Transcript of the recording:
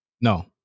No